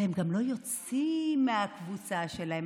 והם גם לא יוצאים מהקבוצה שלהם,